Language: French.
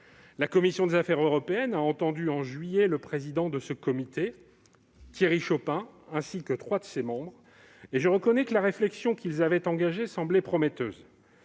la commission des affaires européennes a entendu le président de ce comité, M. Thierry Chopin, ainsi que trois autres de ses membres. Je reconnais que la réflexion qu'ils avaient engagée semblait prometteuse.